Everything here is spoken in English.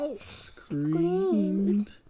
screamed